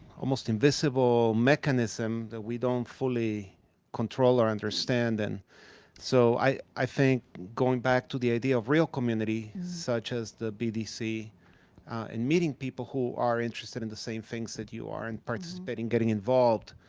almost invisible mechanism that we don't fully control or understand. and so, i think, going back to the idea of real community such as the bdc and meeting people who are interested in the same things that you are and participating, getting involved